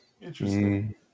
Interesting